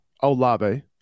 Olave